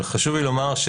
חשוב לי לומר,